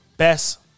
Best